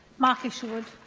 mark isherwood